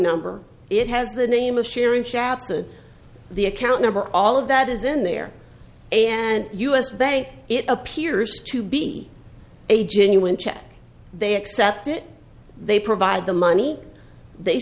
number it has the name of sharing chats and the account number all of that is in there and us bank it appears to be a genuine check they accept it they provide the money they